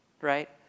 right